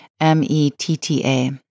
M-E-T-T-A